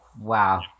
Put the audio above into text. Wow